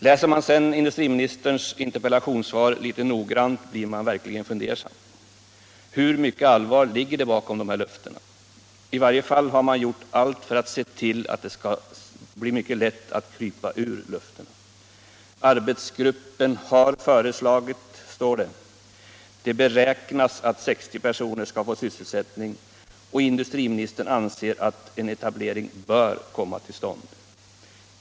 Läser man sedan industriministerns interpellationssvar noggrant blir man verkligen fundersam. Hur mycket allvar ligger det bakom de här löftena? I varje fall har man gjort allt för att se till att det skall bli mycket lätt att krypa ur löftena. Arbetsgruppen har föreslagit etablerandet av en filial, står det. Det beräknas att 60 personer skall få sysselsättning, och industriministern anser att en etablering bör komma till stånd.